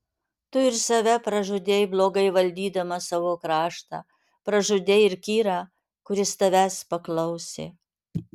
tu ir save pražudei blogai valdydamas savo kraštą pražudei ir kyrą kuris tavęs paklausė